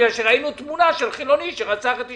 בגלל שראינו תמונה של חילוני שרצח את אשתו.